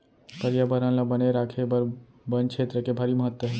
परयाबरन ल बने राखे बर बन छेत्र के भारी महत्ता हे